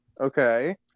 okay